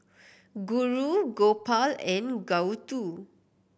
Guru Gopal and Gouthu